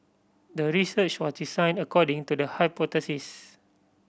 the research was designed according to the hypothesis